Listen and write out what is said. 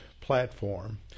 platform